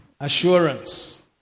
assurance